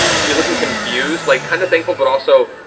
she's looking confused. like kind of thankful, but also